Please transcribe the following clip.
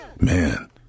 Man